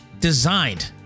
designed